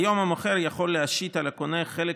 כיום המוכר יכול להשית על הקונה חלק